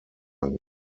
worden